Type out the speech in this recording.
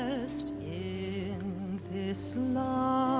ah rest in this love.